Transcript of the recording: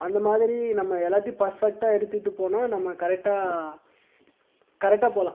அந்தமாதிரி நம்ம எல்லாத்தையும் பர்ஃபெக்டாக எடுத்துகிட்டு போனால் நம்ம கரெக்டாக கரெக்டாக போகலாம்